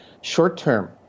short-term